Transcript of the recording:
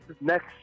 next